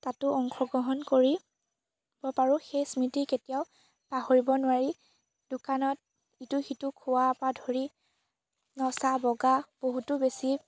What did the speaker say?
তাতো অংশগ্ৰহণ কৰিব পাৰোঁ সেই স্মৃতি কেতিয়াও পাহৰিব নোৱাৰি দোকানত ইটো সিটো খোৱাৰপৰা ধৰি নচা বগা বহুতো বেছি